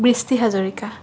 বৃষ্টি হাজৰিকা